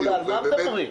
על מה מדברים?